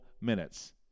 minutes